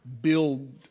build